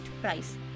price